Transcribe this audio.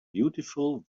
beautiful